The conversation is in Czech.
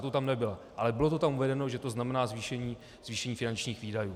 To tam nebyla, ale bylo tam uvedeno, že to znamená zvýšení finančních výdajů.